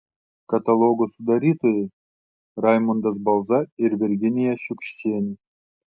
katalogo sudarytojai raimundas balza ir virginija šiukščienė